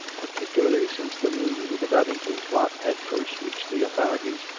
par ticularly since the news of the babington plot had first reached the authorities,